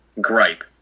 gripe